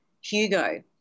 Hugo